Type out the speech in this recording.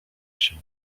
się